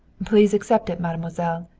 please accept it, mademoiselle,